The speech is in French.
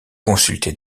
consulté